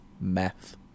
meth